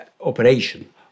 operation